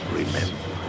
remember